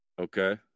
Okay